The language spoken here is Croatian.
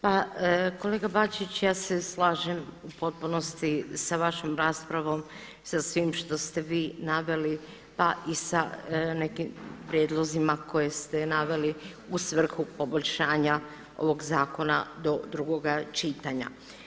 Pa kolega Bačić ja se slažem u potpunosti sa vašom raspravom i sa svim što ste vi naveli pa i sa nekim prijedlozima koje ste naveli u svrhu poboljšanja ovog zakona do drugoga čitanja.